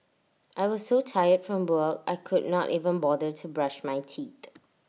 I was so tired from work I could not even bother to brush my teeth